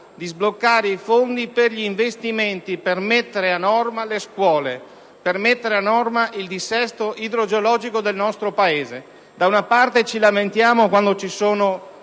di sbloccare i fondi per gli investimenti per mettere a norma le scuole, per mettere a norma il dissesto idrogeologico del nostro Paese. Ci lamentiamo quando ci sono